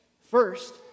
First